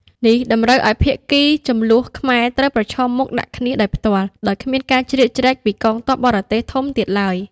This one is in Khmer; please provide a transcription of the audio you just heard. នេះតម្រូវឱ្យភាគីជម្លោះខ្មែរត្រូវប្រឈមមុខដាក់គ្នាដោយផ្ទាល់ ដោយគ្មានការជ្រៀតជ្រែកពីកងទ័ពបរទេសធំទៀតឡើយ។